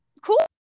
cool